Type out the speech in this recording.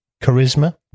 charisma